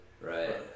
Right